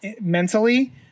mentally